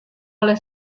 oleh